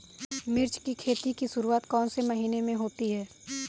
मिर्च की खेती की शुरूआत कौन से महीने में होती है?